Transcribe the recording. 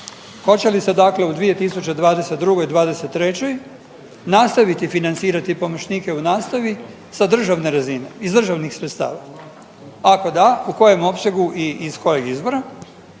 Hoće li se dakle u 2022.-2023. nastaviti financirati pomoćnike u nastavi sa državne razine iz državnih sredstava? Ako da u kojem opsegu i iz kojeg izvora?